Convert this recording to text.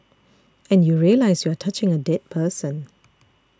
and you realise you are touching a dead person